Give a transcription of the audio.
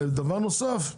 דבר נוסף,